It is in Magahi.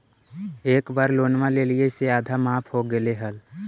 एक बार लोनवा लेलियै से आधा माफ हो गेले हल?